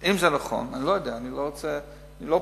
אם זה נכון, אני לא יודע, אני לא פוסק,